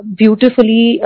beautifully